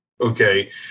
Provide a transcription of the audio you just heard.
okay